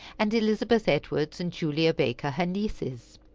and elizabeth edwards and julia baker, her nieces.